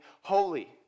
holy